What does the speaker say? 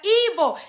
evil